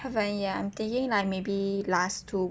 haven't yet I'm thinking like maybe last two